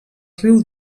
riu